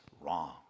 wrong